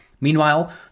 Meanwhile